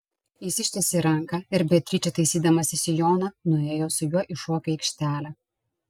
jis ištiesė ranką ir beatričė taisydamasi sijoną nuėjo su juo į šokių aikštelę